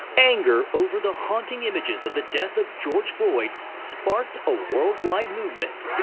anger over the haunting images of the death of george floyd sparked a worldwide movement.